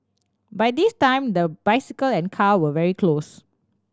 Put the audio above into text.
by this time the bicycle and car were very close